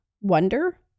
wonder